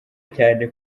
cyane